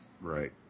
Right